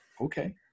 Okay